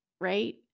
right